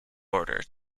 order